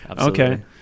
Okay